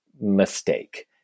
mistake